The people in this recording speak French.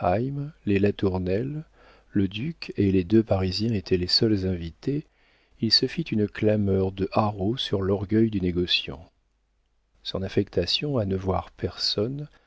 les latournelle le duc et les deux parisiens étaient les seuls invités il se fit une clameur de haro sur l'orgueil du négociant son affectation à ne voir personne